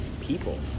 people